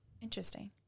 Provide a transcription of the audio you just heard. Interesting